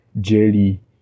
jelly